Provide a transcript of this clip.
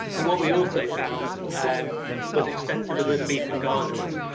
and what we also found and was extensive elizabethan gardens.